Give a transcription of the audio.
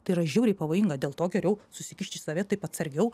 tai yra žiauriai pavojinga dėl to geriau susikišt į save taip atsargiau